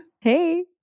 Hey